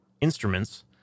instruments